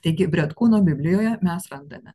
taigi bretkūno biblijoje mes randame